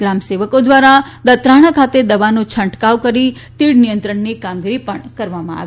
ગ્રામ સેવકો દ્વારા દાત્રાણા ખાતે દવાનો છંટકાવ કરી તીડ નિયંત્રણની કામગીરી પણ કરવામાં આવી